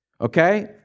Okay